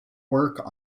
work